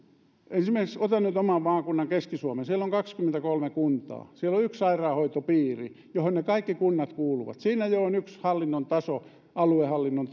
esimerkiksi otan nyt oman maakuntani keski suomen siellä on kaksikymmentäkolme kuntaa siellä on yksi sairaanhoitopiiri johon ne kaikki kunnat kuuluvat siinä jo on yksi aluehallinnon